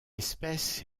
espèce